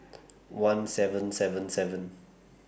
one seven seven seven